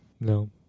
no